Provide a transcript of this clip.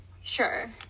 sure